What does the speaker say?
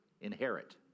Inherit